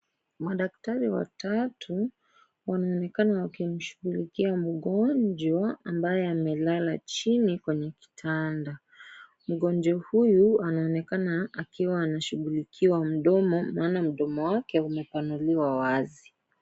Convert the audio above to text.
Madaktari watatu wanaonekana wakimshughulikia mgonjwa ambaye amelala chini kwenye kitanda, mgonjwa huyu anaonekana akiwa anashughulikwa mdomo maana mdomo wake umepanuliwa wazi.